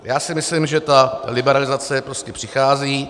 Já myslím, že liberalizace prostě přichází.